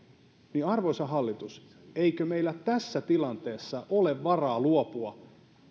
arvoisa hallitus eikö meillä tässä tilanteessa ole varaa luopua